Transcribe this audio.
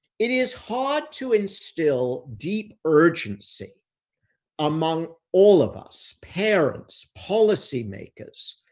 it is hard to instill deep urgency among all of us, parents, policy makers,